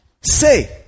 Say